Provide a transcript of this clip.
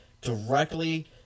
directly –